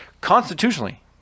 constitutionally